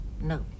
No